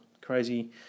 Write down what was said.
crazy